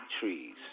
trees